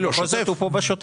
ובכל זאת הוא פה בשוטף?